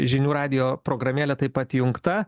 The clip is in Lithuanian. žinių radijo programėlė taip pat įjungta